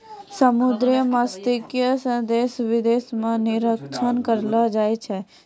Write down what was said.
समुन्द्री मत्स्यिकी से देश विदेश मे निरयात करलो जाय छै